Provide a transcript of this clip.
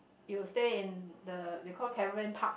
you stay in the they call caravan park